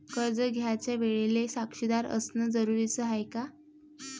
कर्ज घ्यायच्या वेळेले साक्षीदार असनं जरुरीच हाय का?